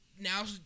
now